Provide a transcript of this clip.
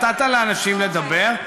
נתת לאנשים לדבר,